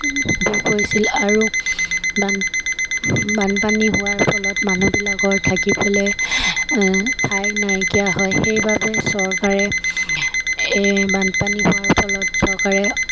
দুখ হৈছিল আৰু বান বানপানী হোৱাৰ ফলত মানুহবিলাকৰ থাকিবলৈ ঠাই নাইকীয়া হয় সেইবাবে চৰকাৰে এই বানপানী হোৱাৰ ফলত চৰকাৰে